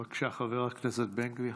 בבקשה, חבר הכנסת בן גביר.